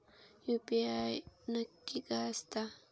UPI नक्की काय आसता?